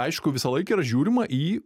aišku visąlaik yra žiūrima į